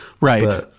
Right